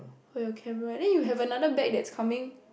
for your camera then you have another bag that coming